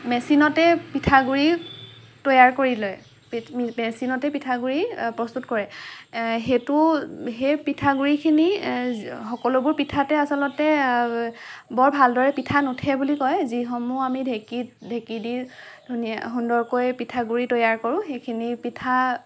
মেচিনতে পিঠা গুৰি তৈয়াৰ কৰি লয় মেচিনতে পিঠা গুৰি প্ৰস্তুত কৰে সেইটো সেই পিঠা গুৰি খিনি সকলোবোৰ পিঠাতে আচলতে বৰ ভাল দৰে পিঠা নুঠে বুলি কয় যি সমূহ আমি ঢেঁকীত ঢেঁকী দি সুন্দৰকৈ পিঠা গুৰি তৈয়াৰ কৰোঁ সেইখিনি পিঠা